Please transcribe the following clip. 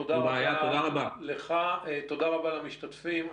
תודה לך, תודה רבה למשתתפים.